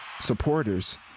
supporters